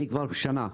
אני כבר שנה,